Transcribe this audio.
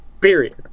Period